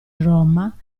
roma